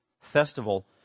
festival